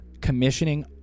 commissioning